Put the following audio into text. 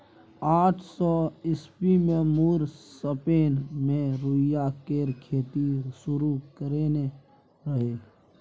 आठ सय ईस्बी मे मुर स्पेन मे रुइया केर खेती शुरु करेने रहय